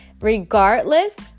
regardless